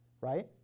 right